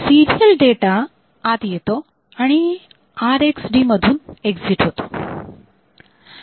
serial data आत येतो आणि RxD मधून एक्झिट होतो